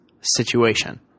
situation